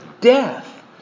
death